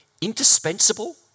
indispensable